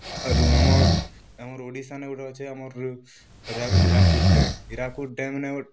ଆରୁ ଆମର୍ ଆମର୍ ଓଡ଼ିଶାନେ ଗୁଟେ ଅଛି ଆମର୍ ହିରାକୁଦ୍ ଡ୍ୟାମ୍ ହିରାକୁଦ୍ ଡ୍ୟାମ୍ନେ